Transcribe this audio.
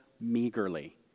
meagerly